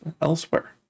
elsewhere